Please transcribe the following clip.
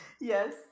Yes